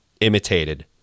imitated